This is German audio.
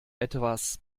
etwas